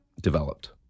developed